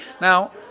Now